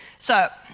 so,